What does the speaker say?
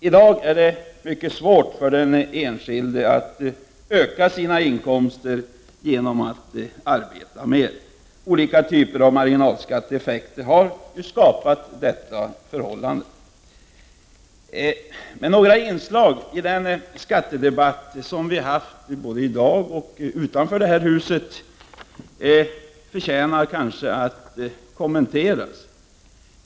I dag är det mycket svårt för den enskilde att öka sina inkomster genom att arbeta mer. Olika typer av marginaleffekter har skapat detta förhållande. Några inslag i den skattedebatt som vi har haft, både här och utanför huset, förtjänar dock att kommenteras.